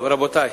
טוב, רבותי,